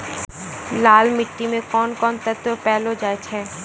लाल मिट्टी मे कोंन कोंन तत्व पैलो जाय छै?